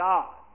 God